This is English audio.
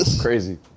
Crazy